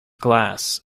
glass